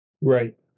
Right